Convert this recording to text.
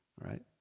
right